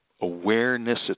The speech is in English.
Awareness